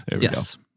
yes